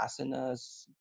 asanas